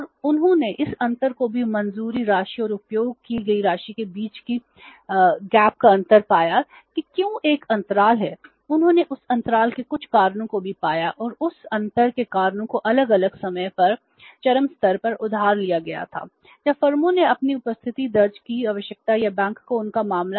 और उन्होंने इस अंतर को भी मंजूरी राशि और उपयोग की गई राशि के बीच की खाई का अंतर पाया कि क्यों एक अंतराल है उन्होंने उस अंतराल के कुछ कारणों को भी पाया और उस अंतर के कारणों को अलग अलग समय पर चरम स्तर पर उधार लिया गया था जब फर्मों ने अपनी उपस्थिति दर्ज की आवश्यकता या बैंक को उनका मामला